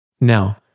Now